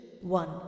one